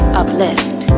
uplift